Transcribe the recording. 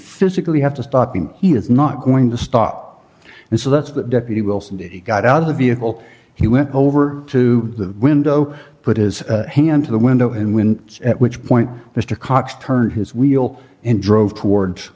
physically have to stop him he is not going to stop and so that's that deputy wilson got out of the vehicle he went over to the window put his hand to the window and when at which point the stor cox turned his wheel and drove toward